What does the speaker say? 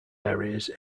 areas